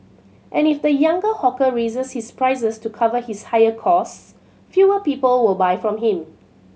and if the younger hawker raises his prices to cover his higher costs fewer people will buy from him